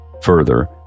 further